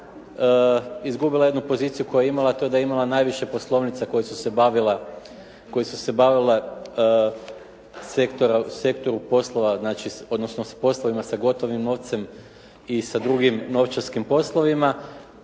godina izgubila jednu poziciju koju je imala, a to je da je imala najviše poslovnica koje su se bavile poslovima sa gotovim novcem i sa drugim novčarskim poslovima.